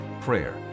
prayer